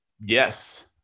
yes